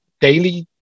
daily